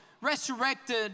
resurrected